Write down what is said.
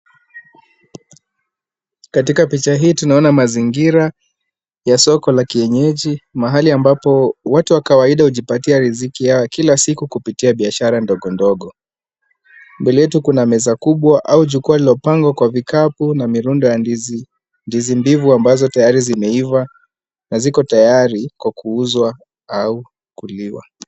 Katika picha hii tunaona mazingira ya soko la kienyeji mahali ambapo watu wa kawaida hujipatia riziki ya kila siku kupitia biashara ndogo ndogo. Mbele yetu kuna meza kubwa au jukwaa lililo pangwa kwa vikapu na mirundo ya ndizi mbivu ambazo tayari zimeiva na ziko tayari kwa kuuzwa au kuliwa.